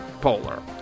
polar